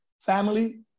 family